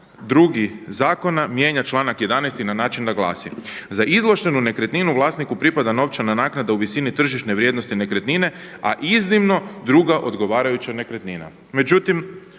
2. zakona mijenja članak 11. na način da glasi: „za izvlaštenu nekretninu vlasniku pripada novčana naknada u visini tržišne vrijednosti nekretnine, a iznimno druga odgovarajuće nekretnina“,